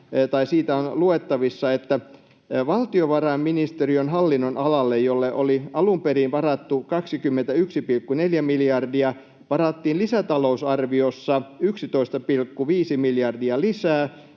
läpi. Siitä on luettavissa, että valtiovarainministeriön hallin-nonalalle, jolle oli alun perin varattu 21,4 miljardia, varattiin lisätalousarviossa 11,5 miljardia lisää,